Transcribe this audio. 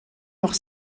noch